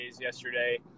yesterday